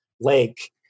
lake